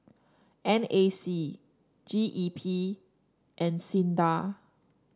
N A C G E P and SINDA